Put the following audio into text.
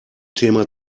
thema